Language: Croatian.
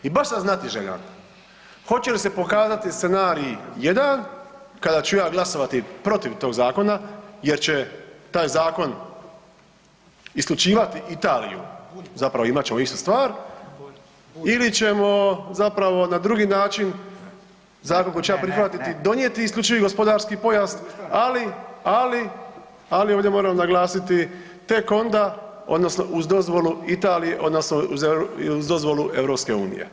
I baš sam znatiželjan hoće li se pokazati scenarij 1 kada ću ja glasovati protiv tog zakona jer će taj zakon isključivati Italiju zapravo imat ćemo istu stvar ili ćemo zapravo na drugi način zakon koji ću ja prihvatiti donijeti isključivi gospodarski pojas, ali, ali, ali ovdje moram naglasiti tek onda odnosno uz dozvolu Italije odnosno uz dozvolu EU.